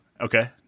Okay